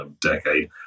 decade